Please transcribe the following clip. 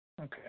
Okay